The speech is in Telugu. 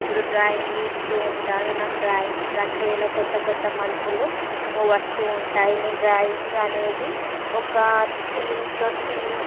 ఎప్పుడూ డ్రాయింగ్ గీస్తూ ఉంటాను నాకు డ్రాయింగ్ ప్రక్రియలో కొత్త కొత్త మలుపులు వస్తూ ఉంటాయి నేను డ్రాయింగ్ అనేది ఒక థీమ్తో థీమ్